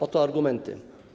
Oto argumenty.